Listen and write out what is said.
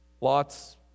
Lots